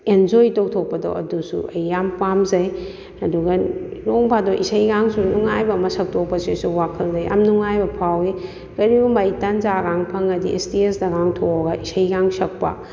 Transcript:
ꯏꯟꯖꯣꯏ ꯇꯧꯊꯣꯛꯄꯗꯣ ꯑꯗꯨꯁꯨ ꯑꯩ ꯌꯥꯝ ꯄꯥꯝꯖꯩ ꯑꯗꯨꯒ ꯅꯣꯡ ꯐꯥꯗꯣꯛ ꯏꯁꯩꯒꯁꯨ ꯅꯨꯡꯉꯥꯏꯕ ꯑꯃ ꯁꯛꯇꯣꯛꯄꯁꯤꯁꯨ ꯋꯥꯈꯜꯗ ꯌꯥꯝꯅ ꯅꯨꯡꯉꯥꯏꯕ ꯐꯥꯎꯏ ꯀꯔꯤꯒꯨꯝꯕ ꯑꯩ ꯇꯥꯟꯖꯥꯒ ꯐꯪꯉꯗꯤ ꯁꯇꯦꯁꯇꯒ ꯊꯣꯛꯑꯒ ꯏꯁꯩꯒ ꯁꯛꯄ